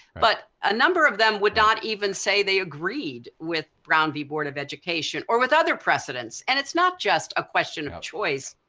but a number of them would not even say they agreed with brown v. board of education or with other precedents, and its not just a question of of choice.